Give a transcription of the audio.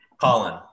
Colin